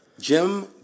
Jim